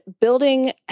building